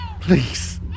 Please